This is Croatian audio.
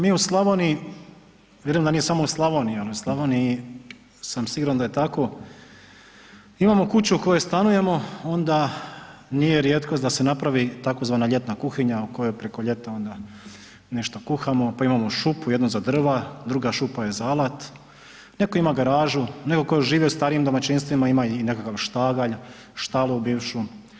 Naime mi u Slavoniji, vjerujem da nije samo u Slavoniji, ali u Slavoniji sam siguran da je tako, imamo kuću u kojoj stanujemo, onda nije rijetkost da se napravi tzv. ljetna kuhinja u kojoj preko ljeta onda nešto kuhamo, pa imamo šupu jednu za drva, druga šupa je za alat, netko ima garažu, netko tko živi u starijim domaćinstvima ima i nekakav štagalj, štalu bivšu.